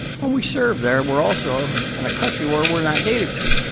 when we serve there, we're also in a country where we're not native to.